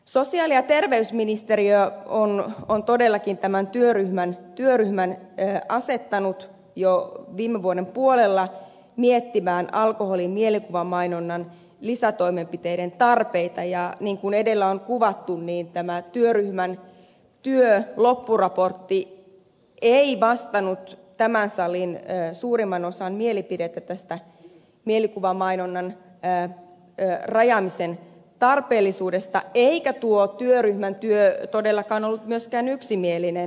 sosiaali ja terveysministeriö on todellakin tämän työryhmän asettanut jo viime vuoden puolella miettimään alkoholin mielikuvamainonnan lisätoimenpiteiden tarpeita ja niin kuin edellä on kuvattu niin tämä työryhmän loppuraportti ei vastannut tämän salin suurimman osan mielipidettä tästä mielikuvamainonnan rajaamisen tarpeellisuudesta eikä tuo työryhmän työ todellakaan ollut myöskään yksimielinen